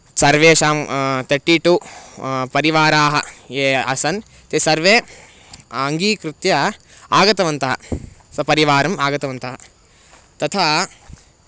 सर्वेषां तर्टि टु परिवाराः ये आसन् ते सर्वे अङ्गीकृत्य आगतवन्तः सपरिवारम् आगतवन्तः तथा